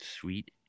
Sweet